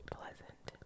pleasant